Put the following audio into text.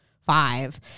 five